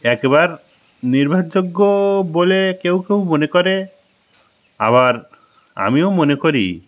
একবার নির্ভারযোগ্য বলে কেউ কেউ মনে করে আবার আমিও মনে করি